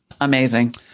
Amazing